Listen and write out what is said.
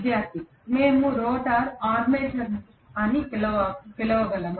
విద్యార్థి మేము రోటర్ను ఆర్మేచర్ అని పిలవగలమా